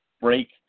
break